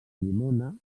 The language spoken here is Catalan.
llimona